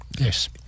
Yes